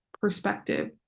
perspective